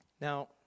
Now